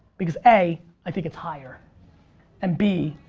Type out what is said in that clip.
because a, i think it's higher and b,